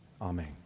Amen